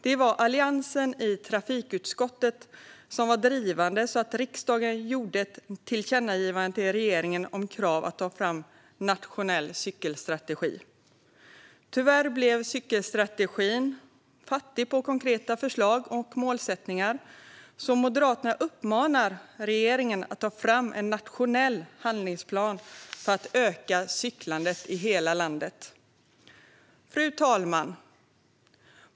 Det var Alliansen i trafikutskottet som var drivande för ett tillkännagivande till regeringen om krav på att ta fram en nationell cykelstrategi. Tyvärr blev cykelstrategin fattig på konkreta förslag och målsättningar, så Moderaterna uppmanar regeringen att ta fram en nationell handlingsplan för att öka cyklandet i hela landet. Fru talman!